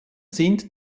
sind